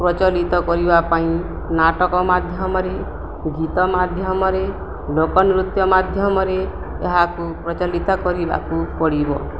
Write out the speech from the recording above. ପ୍ରଚଳିତ କରିବା ପାଇଁ ନାଟକ ମାଧ୍ୟମରେ ଗୀତ ମାଧ୍ୟମରେ ଲୋକନୃତ୍ୟ ମାଧ୍ୟମରେ ଏହାକୁ ପ୍ରଚଳିତ କରିବାକୁ ପଡ଼ିବ